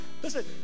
Listen